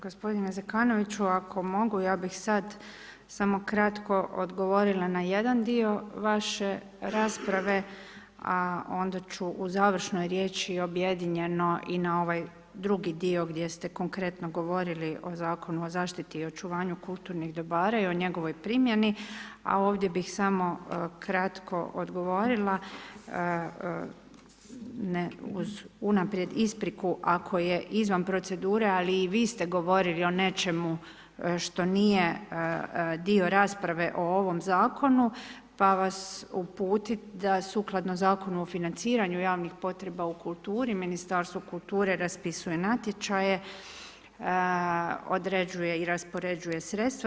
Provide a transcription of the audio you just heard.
Gospodine Zekanoviću, ako mogu ja bih sad samo kratko odgovorila na jedan dio vaše rasprave, a onda ću u završnoj riječi objedinjeno i na ovaj drugi dio gdje ste konkretno govorili o Zakonu o zaštiti i očuvanju kulturnih dobara i o njegovoj primjeni, a ovdje bih samo kratko odgovorila uz unaprijed ispriku ako je izvan procedure, ali i vi ste govorili o nečemu što nije dio rasprave o ovom Zakonu, pa vas uputiti da sukladno Zakonu o financiranju javnih potreba u kulturi Ministarstvo kulture raspisuje natječaje, određuje i raspoređuje sredstva.